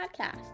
podcast